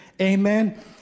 amen